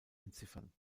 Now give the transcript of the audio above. entziffern